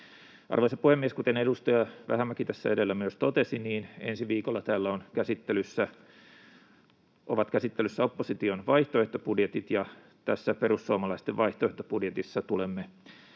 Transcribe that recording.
Arvoisa puhemies! Kuten edustaja Vähämäki tässä edellä myös totesi, ensi viikolla täällä ovat käsittelyssä opposition vaihtoehtobudjetit, ja tässä perussuomalaisten vaihtoehtobudjetissa tulemme